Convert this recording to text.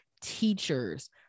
teachers